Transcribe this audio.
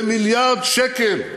ומיליארד שקל,